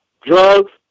drugs